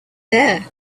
there